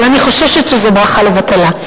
אבל אני חוששת שזו ברכה לבטלה.